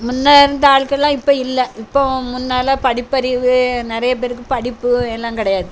முன்னே இருந்த ஆள்கள்லாம் இப்போ இல்லை இப்போ முன்னல்லாம் படிப்பறிவு நிறையா பேருக்கு படிப்பு எல்லாம் கிடையாது